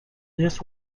this